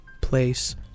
place